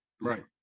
right